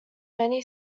many